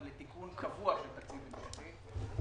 לתיקון קבוע של תקציב המשכי,